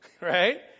right